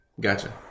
Gotcha